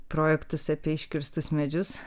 projektus apie iškirstus medžius